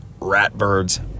Ratbirds